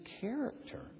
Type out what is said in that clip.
character